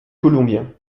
colombien